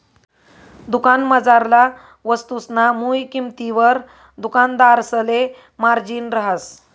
दुकानमझारला वस्तुसना मुय किंमतवर दुकानदारसले मार्जिन रहास